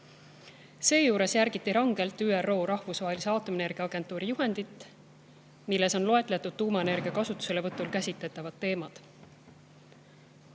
Seejuures järgiti rangelt ÜRO Rahvusvahelise Aatomienergiaagentuuri juhendit, milles on loetletud tuumaenergia kasutuselevõtul käsitletavad teemad.